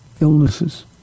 illnesses